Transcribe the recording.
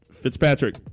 Fitzpatrick